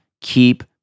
Keep